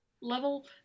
level